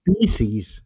species